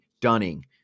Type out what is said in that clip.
Dunning